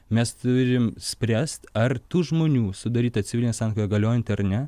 mes turim spręst ar tų žmonių sudaryta civilinė santuoka galiojanti ar ne